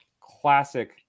classic